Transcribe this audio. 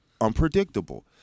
unpredictable